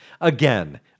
Again